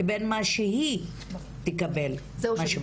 לבין מה שהיא תקבל מה שמגיע לה.